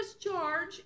charge